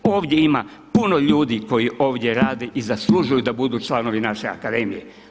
Ovdje ima puno ljudi koji ovdje rade i zaslužuju da budu članovi naše Akademije.